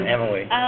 Emily